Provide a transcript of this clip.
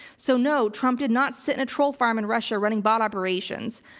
so no trump did not sit in a troll farm in russia running bot operations.